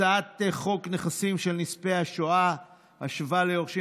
הצעת חוק נכסים של נספי השואה (השבה ליורשים